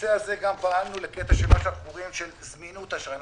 בנושא הזה פעלנו לקטע של זמינות אשראי.